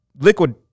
liquid